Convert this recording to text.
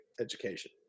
education